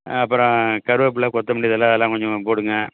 அப்பறம் கருவேப்பில்ல கொத்தமல்லி இதில் எல்லாம் கொஞ்சம் போடுங்க